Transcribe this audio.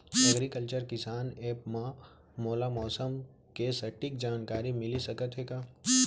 Agriculture किसान app मा मोला मौसम के सटीक जानकारी मिलिस सकत हे का?